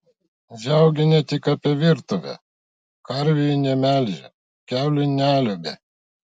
žiaugienė tik apie virtuvę karvių ji nemelžė kiaulių neliuobė